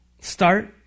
Start